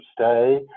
stay